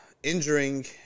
Injuring